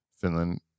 Finland